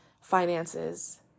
finances